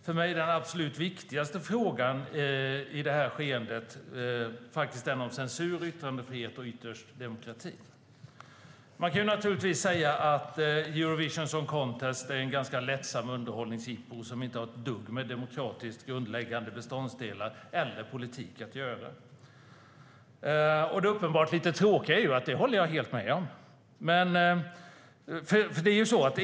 För mig är den absolut viktigaste frågan den om censur, yttrandefrihet och ytterst demokratin. Man kan naturligtvis säga att Eurovision Song Contest är ett ganska lättsamt underhållningsjippo som inte har ett dugg med demokratiskt grundläggande beståndsdelar eller politik att göra. Det uppenbart lite tråkiga är att jag helt håller med om det.